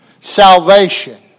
salvation